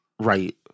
Right